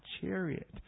chariot